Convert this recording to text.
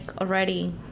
already